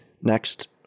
next